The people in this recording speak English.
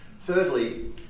Thirdly